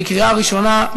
בקריאה ראשונה.